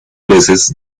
veces